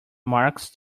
marks